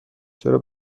چرا